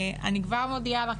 אני כבר מודיעה לך,